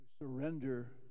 surrender